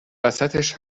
وسطش